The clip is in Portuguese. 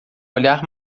olhar